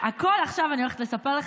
הכול עכשיו אני הולכת לספר לך,